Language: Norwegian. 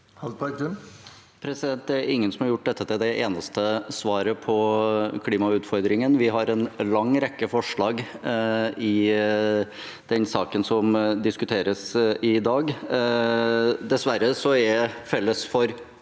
Det er ingen som har gjort dette til det eneste svaret på klimautfordringene. Vi har en lang rekke forslag i den saken som diskuteres i dag. Dessverre er det felles for